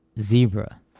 zebra